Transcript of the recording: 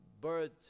bird